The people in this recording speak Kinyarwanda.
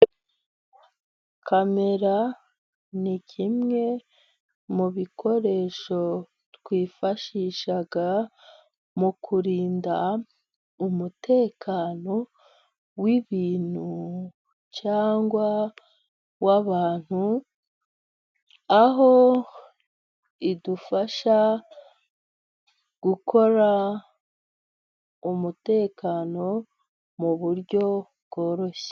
Kamera ni kimwe mu bikoresho twifashisha mu kurinda umutekano wibintu cyangwa w'abantu, aho idufasha gukora umutekano mu buryo bworoshye.